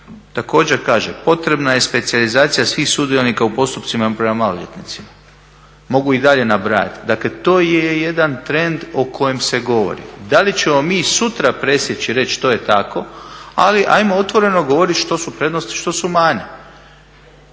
također kaže potrebna je specijalizacija svih sudionika u postupcima prema maloljetnicima, mogu i dalje nabrajati. Dakle to je jedan trend o kojem se govori da li ćemo mi sutra presjeći i reći to je tako, ali ajmo otvoreno govoriti što su prednosti, što su mane.